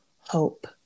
hope